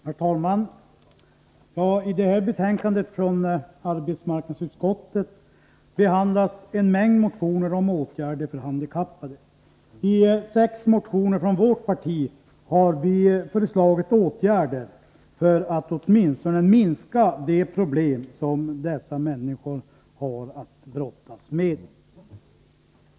Herr talman! I detta betänkande från arbetsmarknadsutskottet behandlas en mängd motioner om åtgärder för handikappade. I sex motioner från vårt parti har vi föreslagit åtgärder för att åtminstone minska de problem som dessa människor har att brottas med.